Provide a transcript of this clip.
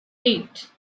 eight